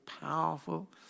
powerful